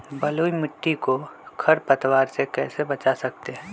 बलुई मिट्टी को खर पतवार से कैसे बच्चा सकते हैँ?